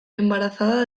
embarazada